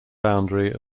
boundary